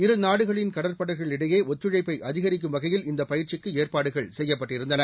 இரு நாடுகளின் கடற்படைகளிடையே ஒத்துழைப்பை அதிகரிக்கும் வகையில் இந்தப் பயிற்சிக்கு ஏற்பாடுகள் செய்யப்பட்டுருந்தன